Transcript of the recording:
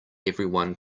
everyone